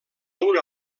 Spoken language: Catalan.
una